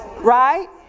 Right